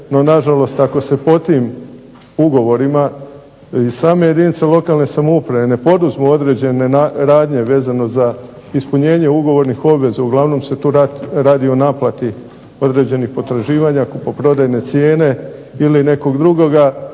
no na žalost ako se po tim ugovorima i same jedinice lokalne samouprave ne poduzmu određene radnje vezano za ispunjenje ugovornih obveza, uglavnom se tu radi o naplati određenih potraživanja kupoprodajne cijene ili nekog drugoga,